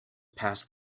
passed